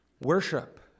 worship